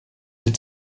est